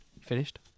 finished